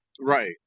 right